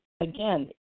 again